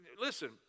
listen